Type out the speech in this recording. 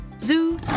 Zoo